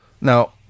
Now